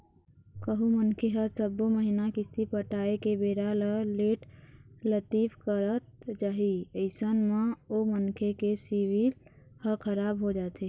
कहूँ मनखे ह सब्बो महिना किस्ती पटाय के बेरा ल लेट लतीफ करत जाही अइसन म ओ मनखे के सिविल ह खराब हो जाथे